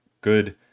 good